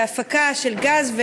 והפקה של גז,